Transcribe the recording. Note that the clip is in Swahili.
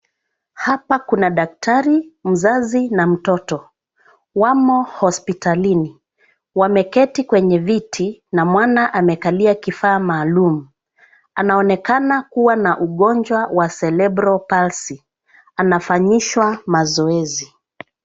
Hapa kuna daktari, mzazi na mtoto. Wamo hospitalini. Wameketi kwenye viti na mwana amekalia kifaa maalum. Anaonekana kuwa na ugonjwa wa celebral palsy. Anafanyishwa mazoezi.